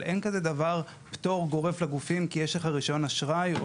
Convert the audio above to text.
אין כזה דבר "פטור גורף לגופים" כי יש לך רישיון אשראי,